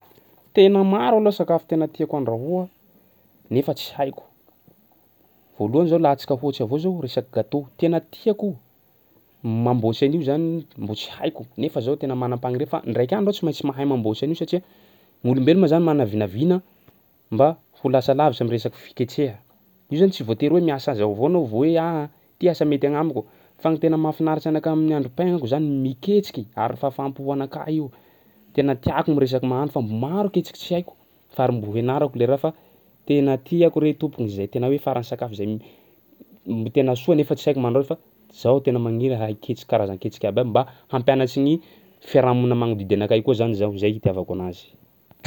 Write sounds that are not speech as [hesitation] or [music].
Tena maro aloha sakafo tena tiako andrahoa nefa tsy haiko, voalohany zao alantsika ohatsy avao zao resaky gâteau, tena tiako io, mamboatsy an'io zany mbo tsy haiko nefa zaho tena manam-panirià fa ndraiky andro aho tsy maintsy mahay mamboatsy an'io satsia gny olombelo ma zany mana vinavina mba ho lasa lavitry am'resaky fiketreha. Io zany tsy voatery hoe miasa azy avao anao vao hoe aah ty asa mety agnamiko. Fa gny tena mahafinaritsy anakah amin'ny androm-piainako zany miketriky ary fahafaham-po anakah io, tena tiàko miresaka mahandro fa mbo maro ketriky tsy haiko fa ary mbo hianarako le raha fa tena tiako re tompoko izay tena hoe faran'ny sakafo zay [hesitation] tena soa nefa tsy haiko mahandro azy fa zaho tena magniry hahy hiketriky karazan-ketriky iabiaby mba hampianatry gny fiarahamonina magnodidy anakahy koa zany zaho, zay itiavako anazy.